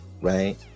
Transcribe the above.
right